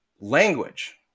language